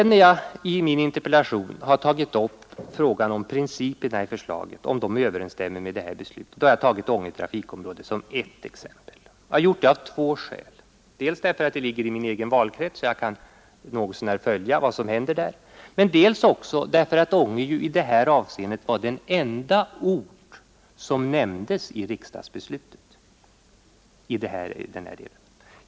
När jag i min interpellation tog upp frågan om huruvida principerna i förslaget överensstämmer med riksdagens beslut tog jag Änge trafikområde som ett exempel. Det gjorde jag av två skäl, dels därför att orten ligger i min egen valkrets och jag därför något så när kan följa vad som nämndes i den delen av riksdagsbeslutet.